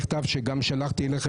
מכתב שגם שלחתי אליך,